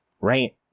right